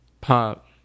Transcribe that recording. Pop